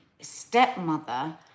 stepmother